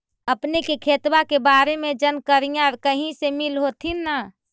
अपने के खेतबा के बारे मे जनकरीया कही से मिल होथिं न?